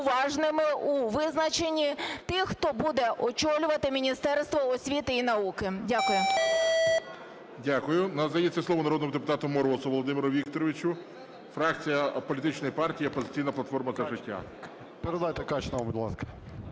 уважними у визначенні тих, хто буде очолювати Міністерство освіти і науки. Дякую.